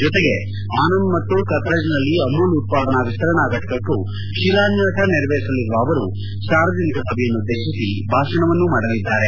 ಜತೆಗೆ ಆನಂದ್ ಮತ್ತು ಖತ್ರಜ್ನಲ್ಲಿ ಅಮೂಲ್ ಉತ್ಪಾದನಾ ವಿಸ್ತರಣಾ ಫಟಕಕ್ಕೂ ಶಿಲಾನ್ಡಾಸ ನೆರವೇರಿಸಲಿರುವ ಅವರು ಸಾರ್ವಜನಿಕ ಸಭೆಯನ್ನುದ್ದೇಶಿಸಿ ಭಾಷಣವನ್ನೂ ಮಾಡಲಿದ್ದಾರೆ